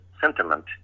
sentiment